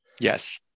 yes